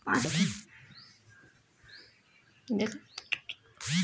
Loan के किस्त कत्ते दिन तक चलते?